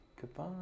Goodbye